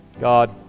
God